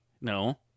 No